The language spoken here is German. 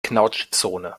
knautschzone